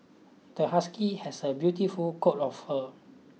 the husky has a beautiful coat of fur